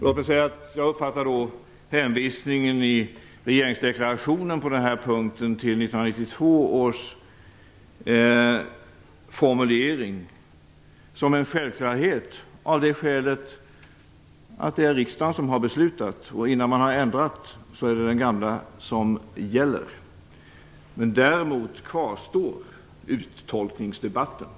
Låt mig säga att jag uppfattar hänvisningen i regeringsdeklarationen på denna punkt till 1992 års formulering som en självklarhet, av det skälet att det är riksdagen som har beslutat. Innan man har gjort någon ändring är det det gamla som gäller. Däremot kvarstår uttolkningsdebatten.